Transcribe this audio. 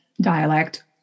dialect